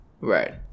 right